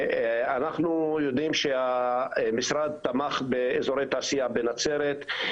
אנחנו יודעים שהמשרד תמך באזורי תעשייה בנצרת,